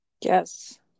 yes